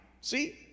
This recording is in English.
See